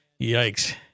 Yikes